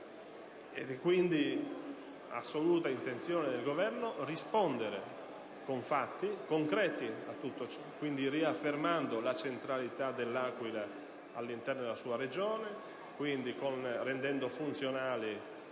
È quindi assoluta intenzione del Governo rispondere con fatti concreti a tutto questo, riaffermando la centralità dell'Aquila all'interno della Regione Abruzzo, rendendo funzionali